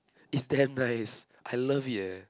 is damn nice I love it eh